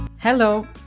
Hello